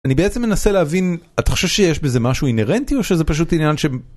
אני בעצם מנסה להבין אתה חושב שיש בזה משהו אינהרנטי או שזה פשוט עניין ש...